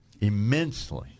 immensely